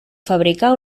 fabricar